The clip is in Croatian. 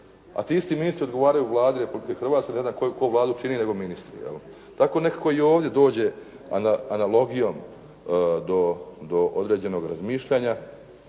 a ti isti ministri odgovaraju Vladi Republike Hrvatske, ne znam tko Vladu čini nego ministri, je li? Tako nekako i ovdje dođe analogijom do određenog razmišljanja,